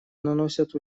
наносят